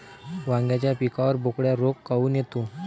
वांग्याच्या पिकावर बोकड्या रोग काऊन येतो?